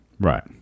Right